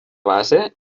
base